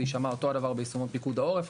זה יישמע אותו הדבר ביישומי פיקוד העורף,